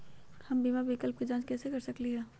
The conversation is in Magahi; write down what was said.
हम बीमा विकल्प के जाँच कैसे कर सकली ह?